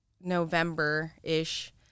November-ish